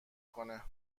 کنه